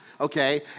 Okay